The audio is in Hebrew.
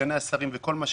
סגני השרים וכל מה שהתווסף,